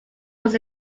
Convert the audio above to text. was